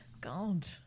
God